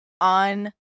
on